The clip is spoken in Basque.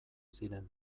ziren